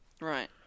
Right